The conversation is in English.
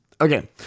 Okay